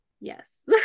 Yes